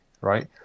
right